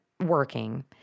working